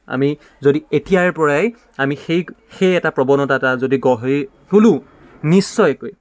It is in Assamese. আমি যদি এতিয়াৰ পৰাই আমি সেই সেই এটা প্ৰৱণতা এটা যদি গঢ়ি তুলোঁ নিশ্চয়কৈ